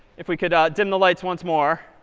if we could ah dim the lights once more.